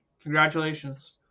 Congratulations